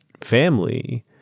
family